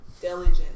diligent